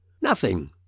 Nothing